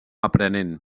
aprenent